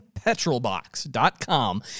Petrolbox.com